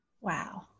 Wow